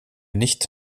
nicht